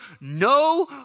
no